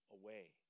away